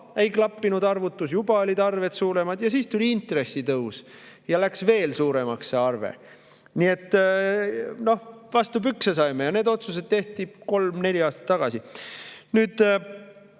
ei klappinud arvutus, juba olid arved suuremad. Ja siis tuli intressitõus ja läks veel suuremaks see arve. Nii et noh, vastu pükse saime. Need otsused tehti kolm, neli aastat tagasi. Nüüd,